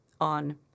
on